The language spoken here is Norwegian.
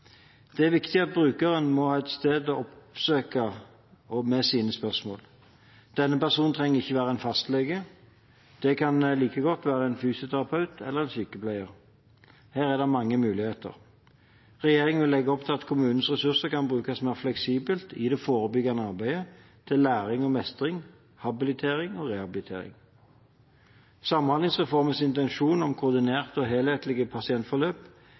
Det er viktig at brukeren må ha et sted å oppsøke med sine spørsmål. Denne personen trenger ikke å være en fastlege. Det kan like godt være en fysioterapeut eller en sykepleier. Her er det mange muligheter. Regjeringen vil legge opp til at kommunenes ressurser kan brukes mer fleksibelt i det forebyggende arbeidet, til læring og mestring, habilitering og rehabilitering. Samhandlingsreformens intensjon om koordinerte og helhetlige pasientforløp,